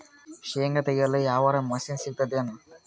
ಶೇಂಗಾ ತೆಗೆಯಲು ಯಾವರ ಮಷಿನ್ ಸಿಗತೆದೇನು?